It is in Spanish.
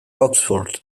oxford